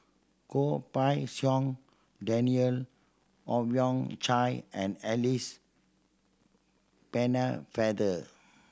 Goh Pei Siong Daniel Owyang Chi and Alice Pennefather